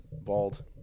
Bald